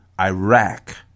Iraq